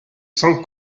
san